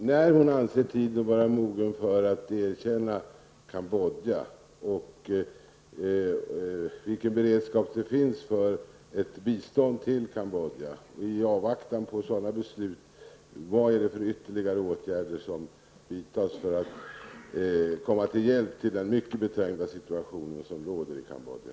Herr talman! Jag vill fråga statsrådet Lena Hjelm Wallén om när hon anser tiden vara mogen för att erkänna Cambodja och om vilken beredskap det finns för ett bistånd till Cambodja. I avvaktan på ett sådant beslut: Vad är det för ytterligare åtgärder som vidtas för att man skall kunna vara till hjälp i den mycket trängda situation som råder i Cambodja?